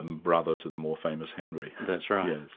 brother to the more famous henry. that's right.